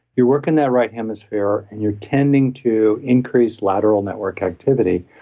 you're working that right hemisphere and you're tending to increase lateral network activity,